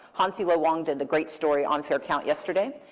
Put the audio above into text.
hansi lo wang did a great story on fair count yesterday.